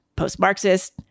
post-Marxist